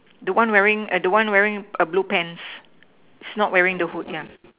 the one wearing the one wearing a blue pants is not wearing the hood yeah